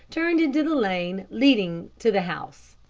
turned into the lane leading to the house.